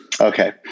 Okay